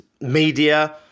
media